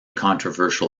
controversial